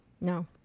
No